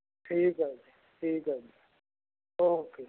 ਠੀਕ ਹੈ ਜੀ ਠੀਕ ਹੈ ਜੀ ਓਕੇ